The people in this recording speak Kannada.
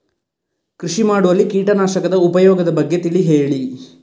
ಕೃಷಿ ಮಾಡುವಲ್ಲಿ ಕೀಟನಾಶಕದ ಉಪಯೋಗದ ಬಗ್ಗೆ ತಿಳಿ ಹೇಳಿ